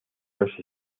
los